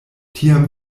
tiam